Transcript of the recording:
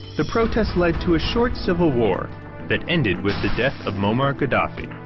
the protests led to a short civil war that ended with the death of muammar gaddafi.